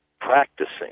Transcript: practicing